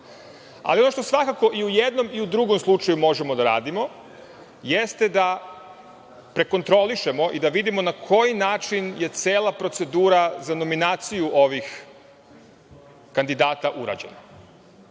Ali, ono što svakako i u jednom i u drugom slučaju možemo da radimo, jeste da prekontrolišemo i da vidimo na koji način je cela procedura za nominaciju ovih kandidata urađena. Hteo